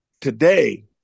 Today